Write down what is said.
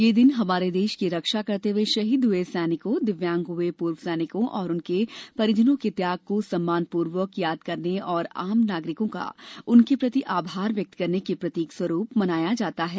यह दिन हमारे देश की रक्षा करते हुए शहीद हुए सैनिकों दिव्यांग हुए पूर्व सैनिकों और उनके परिवारों के त्याग को सम्मान पूर्वक याद करने एवं आम नागरिकों का उनके प्रति आभार व्यक्त करने के प्रतीक स्वरूप मनाया जाता है